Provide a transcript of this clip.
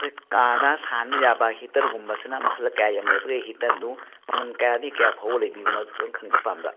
ꯀꯥꯗ ꯊꯥꯟꯕ ꯌꯥꯕ ꯍꯤꯇꯔꯒꯨꯝꯕꯁꯤꯅ ꯃꯈꯜ ꯀꯌꯥ ꯌꯥꯝ ꯂꯩꯕꯒꯦ ꯍꯤꯇꯔꯗꯨ ꯃꯃꯜ ꯀꯌꯥꯗꯒꯤ ꯀꯌꯥ ꯐꯥꯎꯕ ꯂꯩꯕꯤꯕꯅꯣ ꯑꯗꯨꯁꯨ ꯈꯤꯇꯪ ꯈꯪꯖꯕ ꯄꯥꯝꯕ